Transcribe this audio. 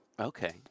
Okay